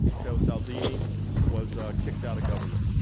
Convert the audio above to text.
matteo salvini was kicked out of government,